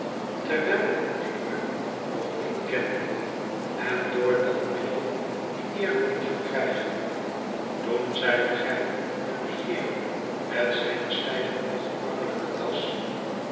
wijl ik u nog niet kende en door dat middel lie eer wilde verkrijgen toen zijt gij en die heer met zijne stijve ongemakkelijke das